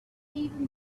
even